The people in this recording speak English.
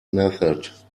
method